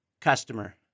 Customer